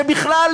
שבכלל,